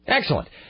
Excellent